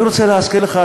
אני רוצה להזכיר לך,